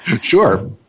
Sure